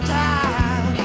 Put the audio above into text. time